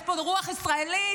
יש פה רוח ישראלית,